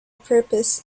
purpose